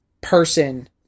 person